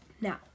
Now